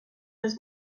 his